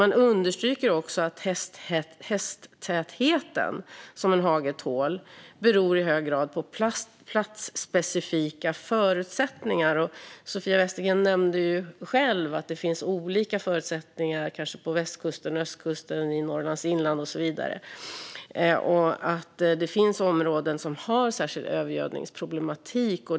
Man understryker också att hästtätheten som en hage tål i hög grad beror på platsspecifika förutsättningar. Sofia Westergren nämnde själv att det kanske finns olika förutsättningar på östkusten, västkusten, Norrlands inland och så vidare. Det finns områden som har särskild övergödningsproblematik.